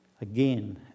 again